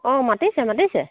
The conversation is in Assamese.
অঁ মাতিছে মাতিছে